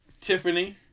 Tiffany